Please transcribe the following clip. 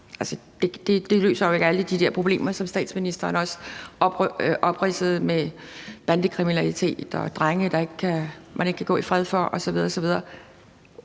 Det løser jo ikke alle de der problemer, som statsministeren også opridsede, med bandekriminalitet og drenge, man ikke kan gå i fred for osv.